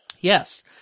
Yes